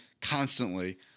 constantly